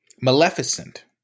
Maleficent